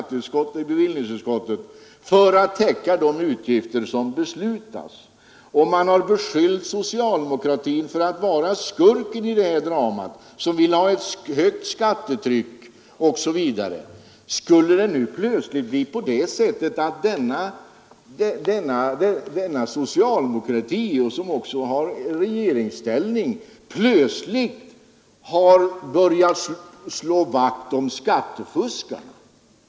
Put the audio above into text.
Det har fått ske i skatteutskottet och i bevillningsutskottet. Man har beskyllt socialdemokratin för att vara skurken i dramat, för att vilja ha ett högt skattetryck osv. Skulle det nu plötsligt vara så att socialdemokratin, som också har regeringsställning, har börjat slå vakt om skattefuskarna?